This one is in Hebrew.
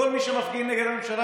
כל מי שמפגין נגד הממשלה,